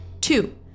Two